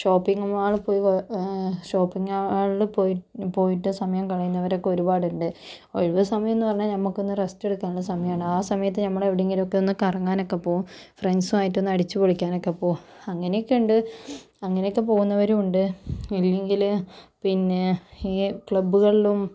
shopping മാളിൽ പോയി shopping മാളിൽ പോയി പോയിട്ട് സമയം കളയുന്നവരൊക്കെ ഒരുപാടുണ്ട് ഒഴിവുസമയം എന്നുപറഞ്ഞാൽ നമുക്കൊന്ന് റസ്റ്റ് എടുക്കാൻ ഉള്ള സമയമാണ് ആ സമയത്ത് നമ്മൾ എവിടെയെങ്കിലും ഒക്കെന്ന് കറങ്ങാൻ ഒക്കെ പോകും ഫ്രണ്ട്സും ആയിട്ടൊന്ന് അടിച്ചുപൊളിക്കാൻ ഒക്കെ പോകും അങ്ങനെയൊക്കെ ഉണ്ട് അങ്ങനെയൊക്കെ പോകുന്നവരും ഉണ്ട് ഇല്ലെങ്കിൽ പിന്നെ ഈ ക്ലബ്ബുകളിലും